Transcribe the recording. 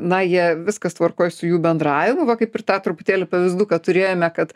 na jie viskas tvarkoj su jų bendravimu va kaip ir tą truputėlį pavyduką turėjome kad